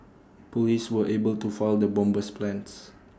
Police were able to foil the bomber's plans